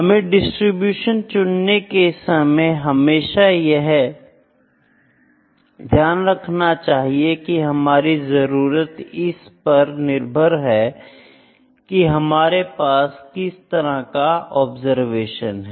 हमें डिस्ट्रीब्यूशन चुनने के समय हमेशा यह ध्यान रखना चाहिए कि हमारी जरूरत इस पर निर्भर है कि हमारे पास किस तरह की ऑब्जरवेशन हैं